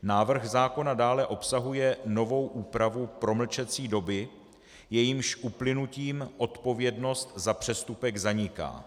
Návrh zákona dále obsahuje novou úpravu promlčecí doby, jejímž uplynutím odpovědnost za přestupek zaniká.